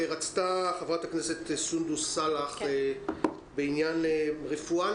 רצתה חברת הכנסת סונדוס סאלח, בעניין רפואה.